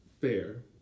Fair